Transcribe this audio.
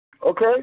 Okay